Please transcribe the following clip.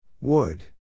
Wood